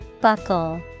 Buckle